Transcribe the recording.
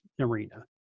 arena